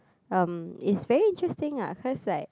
um it's very interesting ah cause like